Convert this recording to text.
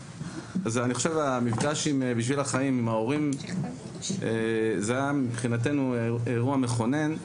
המפגש עם ההורים היה, מבחינתנו, אירוע מכונן.